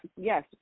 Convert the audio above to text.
yes